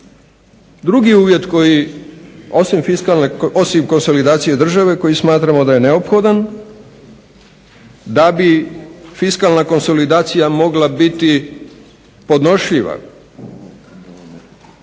Drugi uvjet koji osim konsolidacije države koji smatramo da je neophodan da bi fiskalna konsolidacija mogla biti podnošljiva,